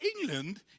England